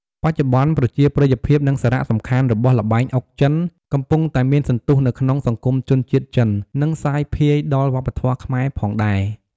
បច្ចុប្បន្នប្រជាប្រិយភាព និងសារៈសំខាន់របស់ល្បែងអុកចិន កំពុងតែមានសន្ទុះនៅក្នុងសង្គមជនជាតិចិននិងសាយភាយដល់វប្បធម៌ខ្មែរផងដែរ។